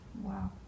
Wow